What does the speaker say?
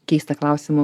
keistą klausimą